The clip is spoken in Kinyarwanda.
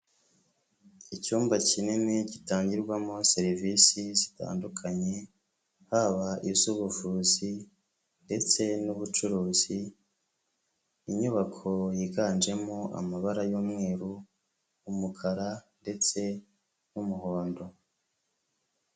Icyumba kinini gitangirwamo serivisi zitandukanye haba iz'ubuvuzi ndetse n'ubucuruzi, inyubako yiganjemo amabara y'umweru, umukara ndetse n'umuhondo.